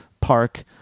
park